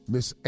Miss